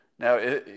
Now